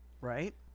right